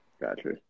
Gotcha